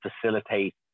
facilitate